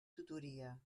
tutoria